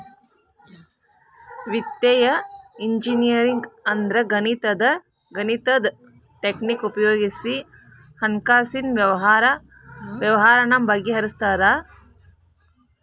ವಿತ್ತೇಯ ಇಂಜಿನಿಯರಿಂಗ್ ಅಂದ್ರ ಗಣಿತದ್ ಟಕ್ನಿಕ್ ಉಪಯೊಗಿಸಿ ಹಣ್ಕಾಸಿನ್ ವ್ಯವ್ಹಾರಾನ ಬಗಿಹರ್ಸ್ತಾರ